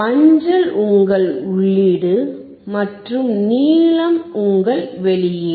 மஞ்சள் உங்கள் உள்ளீடு மற்றும் நீலம் உங்கள் வெளியீடு